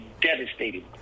devastating